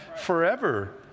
forever